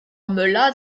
möller